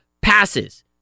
passes